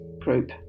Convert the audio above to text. group